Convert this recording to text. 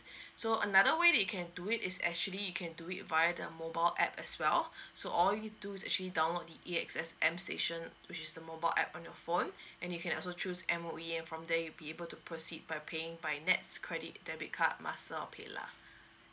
so another way they can do it is actually you can do it via the mobile app as well so all you need to do is actually download the A_S_X m station which is the mobile app on your phone and you can also choose M_O_E and from there you'll be able to proceed by paying by NETS credit debit card master or paylah